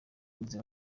nizera